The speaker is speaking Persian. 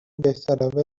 بهتره